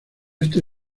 este